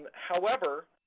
however,